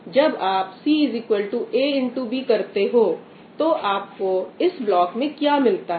जब आप CA X B करते हो तो आपको इस ब्लॉक में क्या मिलता है